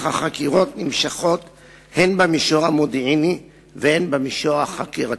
אך החקירות נמשכות הן במישור המודיעיני והן במישור החקירתי.